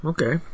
Okay